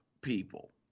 people